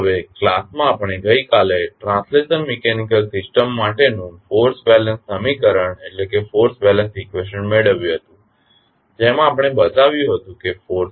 હવે ક્લાસમાં આપણે ગઈકાલે ટ્રાન્સલેશન મિકેનિકલ સિસ્ટમ માટેનું ફોર્સ બેલેન્સ સમીકરણ મેળવ્યુ હતું જેમાં આપણે બતાવ્યું છે કે ફોર્સ